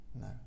No